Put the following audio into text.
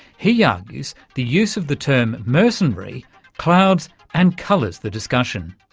he argues the use of the term mercenary clouds and colours the discussion.